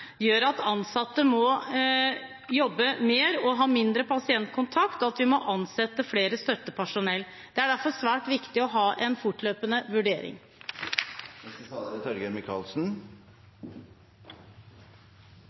gjør at ansatte må jobbe mer og får mindre pasientkontakt, og at vi må ansette mer støttepersonell. Det er derfor svært viktig å ha en fortløpende vurdering. Dette er